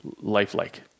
lifelike